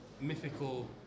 mythical